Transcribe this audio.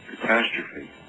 catastrophe